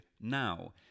now